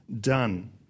done